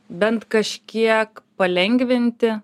bent kažkiek palengvinti